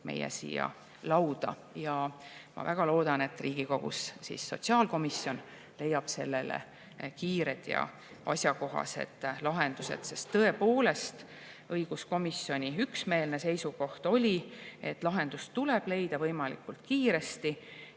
meie lauale. Ma väga loodan, et Riigikogu sotsiaalkomisjon leiab sellele kiired ja asjakohased lahendused. Tõepoolest, õiguskomisjoni üksmeelne seisukoht oli, et lahendus tuleb leida võimalikult kiiresti.